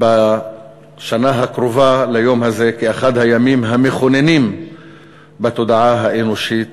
בשנה הקרובה ליום הזה כאחד הימים המכוננים בתודעה האנושית,